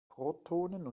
protonen